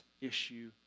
issue